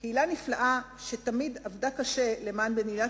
קהילה נפלאה שתמיד עבדה קשה למען מדינת